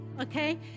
okay